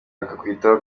akakwitaho